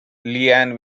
leanne